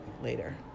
later